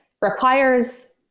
requires